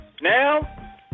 now